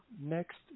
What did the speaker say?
next